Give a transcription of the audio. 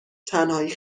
تنهایی